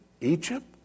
egypt